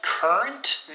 Current